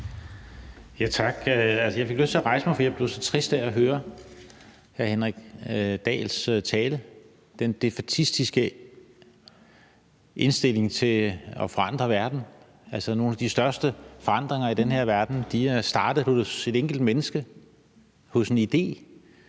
Tak. Jeg fik lyst til at rejse mig, fordi jeg blev så trist af at høre hr. Henrik Dahls tale, den defaitistiske indstilling i forhold til at forandre verden. Nogle af de største forandringer i den her verden er startet hos et enkelt menneske med en idé,